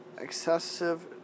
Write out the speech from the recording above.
excessive